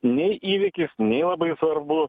nei įvykis nei labai svarbu